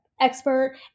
expert